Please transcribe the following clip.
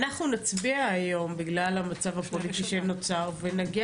אנחנו נצביע היום בגלל המצב הפוליטי שנוצר ונגיע